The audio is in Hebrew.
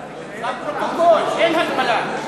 זה פרוטוקול, אין הגבלה.